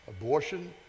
abortion